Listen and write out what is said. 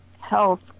health